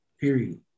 Period